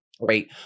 right